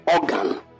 organ